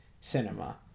cinema